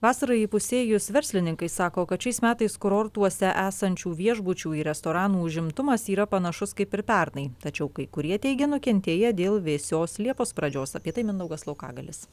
vasarai įpusėjus verslininkai sako kad šiais metais kurortuose esančių viešbučių ir restoranų užimtumas yra panašus kaip ir pernai tačiau kai kurie teigia nukentėję dėl vėsios liepos pradžios apie tai mindaugas laukagalis